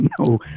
no